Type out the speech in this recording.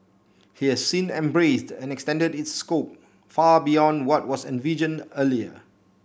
he has since embraced and extended its scope far beyond what was envisioned earlier